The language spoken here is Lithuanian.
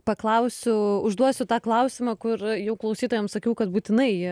paklausiu užduosiu tą klausimą kur jau klausytojams sakiau kad būtinai